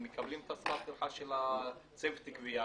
הם מקבלים את שכר הטרחה של צוות הגבייה,